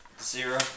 Zero